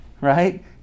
right